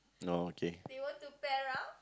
no okay